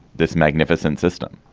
this magnificent system